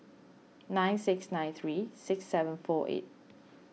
nine six nine three six seven four eight